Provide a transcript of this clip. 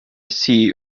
see